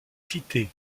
cité